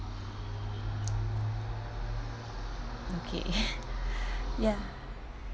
okay ya